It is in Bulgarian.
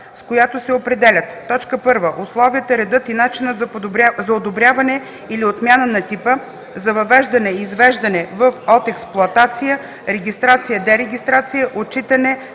с която се определят: